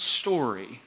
story